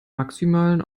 maximalen